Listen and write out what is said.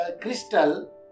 crystal